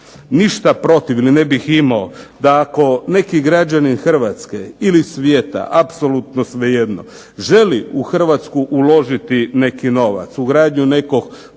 ništa protiv ili ne bih imao da ako neki građanin Hrvatske ili svijeta, apsolutno svejedno, želi u Hrvatsku uložiti neki novac u gradnju nekog poslovnog